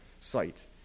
site